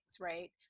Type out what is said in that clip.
right